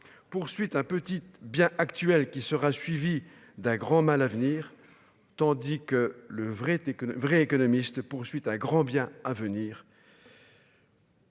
poursuit un petite bien actuel, qui sera suivi d'un grand mal à venir, tandis que le vrai tu es une vraie économiste un grand bien à venir.